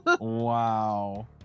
Wow